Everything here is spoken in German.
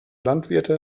landwirte